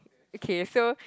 okay so